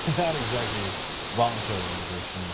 not exactly voluntary immigration.